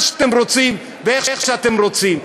במה שאתם רוצים ואיך שאתם רוצים.